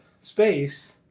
space